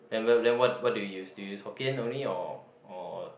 then what what do you use do you use Hokkien only or or